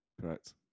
Correct